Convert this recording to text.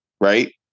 right